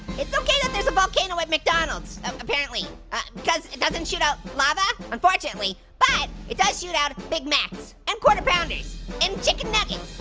it's okay that there's a volcano at mcdonald's um apparently cause it doesn't shoot out lava unfortunately, but it does shoot out big macs and quarterpounders and chicken nuggets.